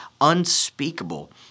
Unspeakable